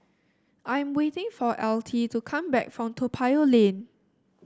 I am waiting for Altie to come back from Toa Payoh Lane